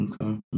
Okay